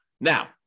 Now